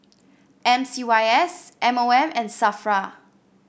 M C Y S M O M and Safra